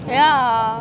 yeah